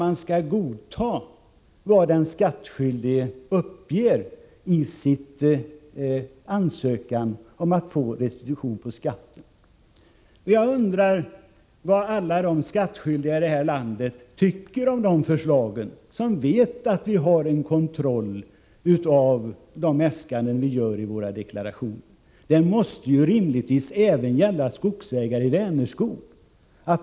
Man skall godta vad den skattskyldige uppger i sin ansökan om restitution på skatten. Men jag undrar vad alla andra skattskyldiga här i landet tycker om det. De vet ju att kontroll sker av de äskanden som görs i deklarationerna. Rimligtvis måste detta även gälla skogsägarna i Vänerskog.